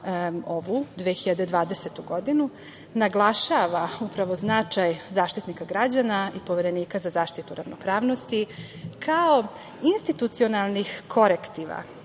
ovu 2020. godinu naglašava upravo značaj Zaštitnika građana i Poverenika za zaštitu ravnopravnosti, kao institucionalnih korektiva,